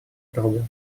друга